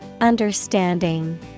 Understanding